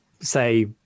say